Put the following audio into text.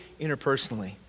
interpersonally